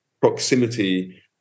proximity